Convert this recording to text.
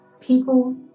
People